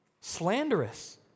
Slanderous